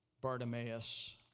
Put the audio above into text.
Bartimaeus